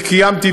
וקיימתי,